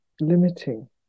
limiting